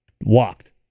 walked